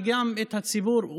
וגם את הציבור,